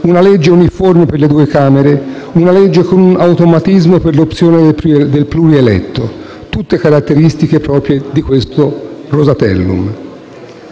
una legge uniforme per le due Camere, una legge con un automatismo per l'opzione del plurieletto: tutte caratteristiche proprie del Rosatellum.